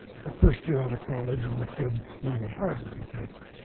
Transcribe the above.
the first year out of college than the kid leaving harvard was making.